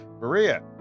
Maria